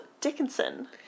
Dickinson